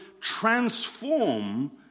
transform